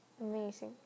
amazing